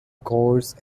course